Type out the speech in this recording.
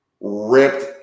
ripped